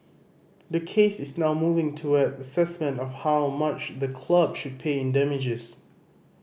the case is now moving towards assessment of how much the club should pay in damages